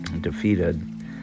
defeated